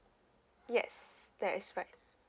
yes that is right